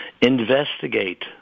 investigate